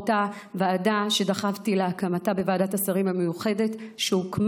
אותה ועדה שדחפתי להקמתה בוועדת השרים המיוחדת שהוקמה